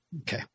Okay